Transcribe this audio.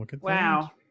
Wow